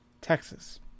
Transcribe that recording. Texas